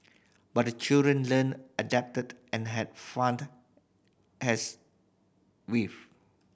but the children learnt adapted and had fund as wave